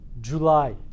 July